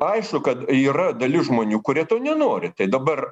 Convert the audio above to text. aišku kad yra dalis žmonių kurie to nenori tai dabar